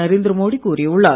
நரேந்திர மோடி கூறியுள்ளார்